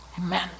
Amen